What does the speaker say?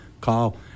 call